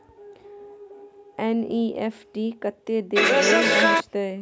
NEFT कत्ते देर में पहुंचतै?